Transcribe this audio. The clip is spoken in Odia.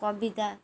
କବିତା